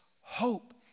hope